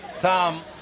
Tom